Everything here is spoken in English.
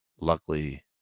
luckily